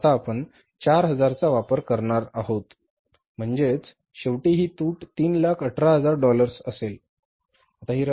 कारण आता आपण 4000 चा वापर करणार आहोत म्हणजेच शेवटी ही तूट 318000 डॉलर्स असेल